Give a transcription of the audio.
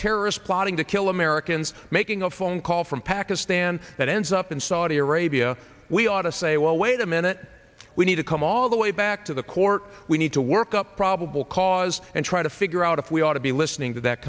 terrorist plotting to kill americans making a phone call from pakistan that ends up in saudi arabia we ought to say well wait a minute we need to come all the way back to the court we need to work up probable cause and try to figure out if we ought to be listening to that